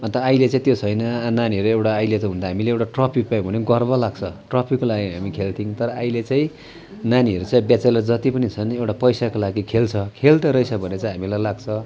अन्त अहिले चाहिँ त्यो छैन नानीहरू एउटा अहिले त हुन त हामीले एउटा ट्रफी पायौँ भने नि गर्व लाग्छ ट्रफीको लागि हामी खेल्थ्यौँ तर अहिले चाहिँ नानीहरू चाहिँ ब्याचलर जति पनि छन् एउटा पैसाको लागि खेल्छ खेल्दोरहेछ भन्ने चाहिँ हामीलाई लाग्छ